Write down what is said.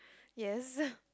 yes